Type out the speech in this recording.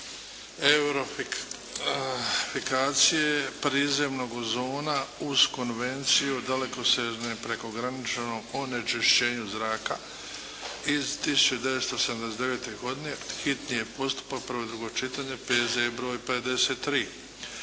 eutrofikacije i prizemnog ozona uz Konvenciju o dalekosežnom prekograničnom onečišćenju zraka iz 1979. godine, hitni postupak, prvo i drugo čitanje, P.Z.E. br. 53